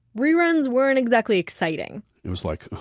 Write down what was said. reruns weren't exactly exciting it was like,